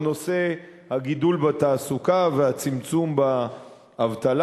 נושא הגידול בתעסוקה והצמצום באבטלה.